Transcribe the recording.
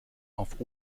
auf